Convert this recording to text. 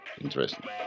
interesting